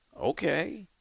Okay